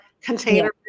container